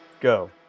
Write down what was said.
Go